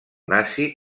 nazi